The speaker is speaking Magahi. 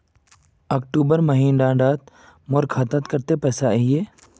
अक्टूबर महीनात मोर खाता डात कत्ते पैसा अहिये?